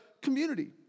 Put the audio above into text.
community